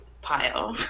pile